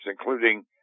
including